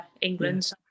England